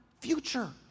future